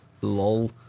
Lol